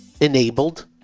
enabled